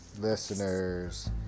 listeners